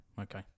okay